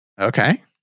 Okay